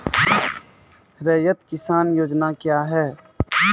रैयत किसान योजना क्या हैं?